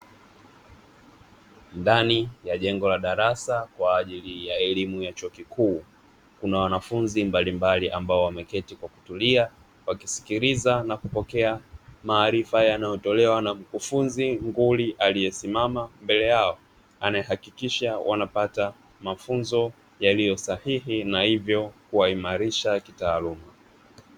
Ndani ya jengo la darasa kwa ajili ya elimu ya chuo kikuu kuna wanafunzi mbalimbali ambao wameketi kwa kutulia; wakisikiliza na kupokea maarifa yanayotolewa na mkufunzi nguli, aliyesimama mbele yao anayehakikisha wanapata mafunzo yaliyo sahihi na hivyo kuwaimarisha kitaaluma.